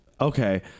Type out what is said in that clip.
Okay